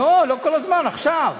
לא, לא כל הזמן, עכשיו.